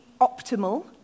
optimal